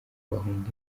bahunga